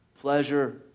Pleasure